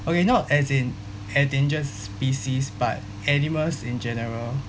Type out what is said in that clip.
okay not as in endangered species but animals in general